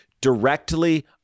directly